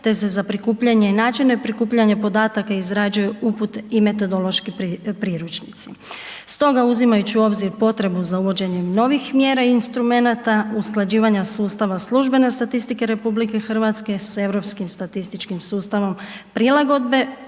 te se za prikupljanje i načine prikupljanja podataka izrađuju upute i metodološki priručnici. Stoga uzimajući u obzir potrebu za uvođenjem novih mjera i instrumenata, usklađivanja sustava službene statistike RH s Europskim statističkim sustavom prilagodbe